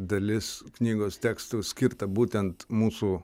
dalis knygos tekstų skirta būtent mūsų